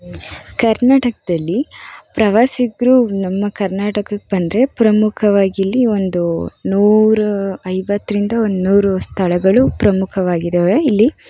ಕರ್ನಾಟಕದಲ್ಲಿ ಪ್ರವಾಸಿಗರು ನಮ್ಮ ಕರ್ನಾಟಕಕ್ಕೆ ಬಂದರೆ ಪ್ರಮುಖವಾಗಿಲ್ಲಿ ಒಂದು ನೂರು ಐವತ್ತರಿಂದ ಒಂದು ನೂರು ಸ್ಥಳಗಳು ಪ್ರಮುಖವಾಗಿದ್ದಾವೆ ಇಲ್ಲಿ